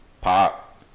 Pop